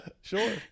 sure